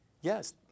Yes